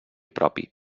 propi